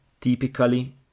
typically